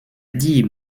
dit